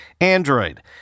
Android